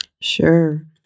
Sure